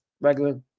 regular